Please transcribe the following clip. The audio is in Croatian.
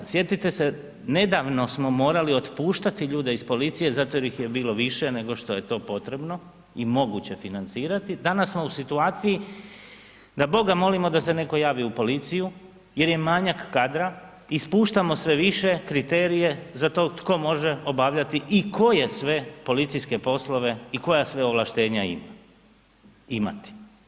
Sjetite se, nedavno smo morali otpuštati ljude iz policije zato ih je bilo više nego što je to potrebno i moguće financirati, danas smo u situaciji da Boga molimo da se netko javi u policiju jer je manjak kadra i spuštamo sve više kriterije za to tko može obavljati i koje sve policijske poslove i koja sve ovlaštenja ima, imati.